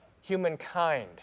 humankind